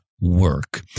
work